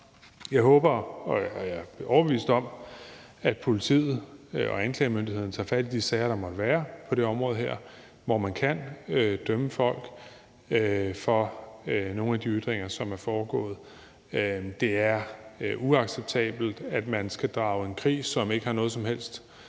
Jeg håber og er overbevist om, at politiet og anklagemyndigheden tager fat i de sager, der måtte være på det her område, hvor man kan dømme folk for nogle af de ytringer, som der har været. Det er uacceptabelt, at man skal drage en krig, som ikke har noget som helst